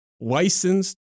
licensed